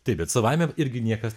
taip bet savaime irgi niekas